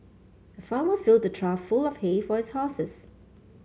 the farmer filled a trough full of hay for his horses